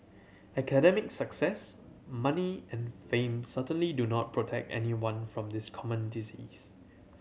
academic success money and fame certainly do not protect anyone from this common disease